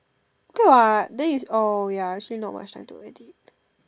good what then is oh ya actually not much time do work already